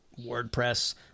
WordPress